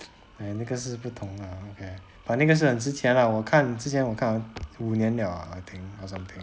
那个是不同 ah okay but 那个是很之前 ah 我看之前我看五年 liao I think or something